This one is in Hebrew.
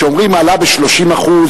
כשאומרים "העלאה ב-30%",